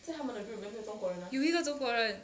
有一个中国人